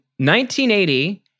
1980